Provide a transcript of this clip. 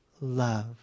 Love